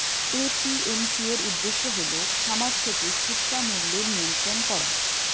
APMC এর উদ্দেশ্য হল খামার থেকে খুচরা মূল্যের নিয়ন্ত্রণ করা